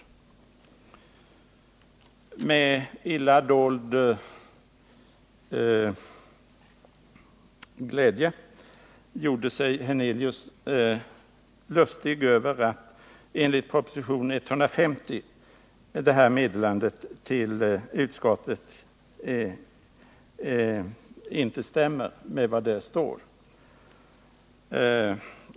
Med illa dold förtjusning gjorde sig Allan Hernelius lustig över att meddelandet till utskottet inte stämmer med vad det står i propositionen 150.